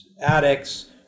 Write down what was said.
addicts